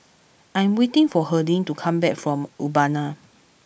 I am waiting for Harding to come back from Urbana